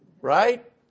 right